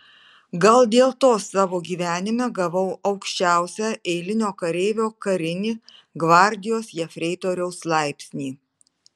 gal dėl to savo gyvenime gavau aukščiausią eilinio kareivio karinį gvardijos jefreitoriaus laipsnį